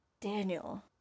Daniel